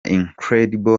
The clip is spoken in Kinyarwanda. incredible